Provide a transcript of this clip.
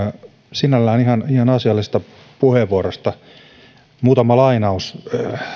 sinällään ihan ihan asiallisesta puheenvuorosta muutama lainaus